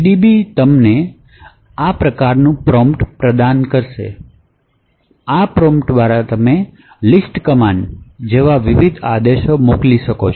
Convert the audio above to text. gdb તમને આ જેવા પ્રોમ્પ્ટ પ્રદાન કરશે અને આ પ્રોમ્પ્ટ દ્વારા તમે લિસ્ટ કમાન્ડ જેવા વિવિધ આદેશો મોકલી શકશો